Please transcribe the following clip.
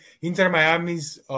Inter-Miami's